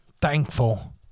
thankful